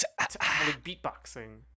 beatboxing